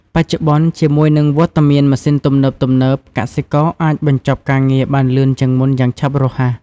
បច្ចុប្បន្ន ជាមួយនឹងវត្តមានម៉ាស៊ីនទំនើបៗ កសិករអាចបញ្ចប់ការងារបានលឿនជាងមុនយ៉ាងឆាប់រហ័ស។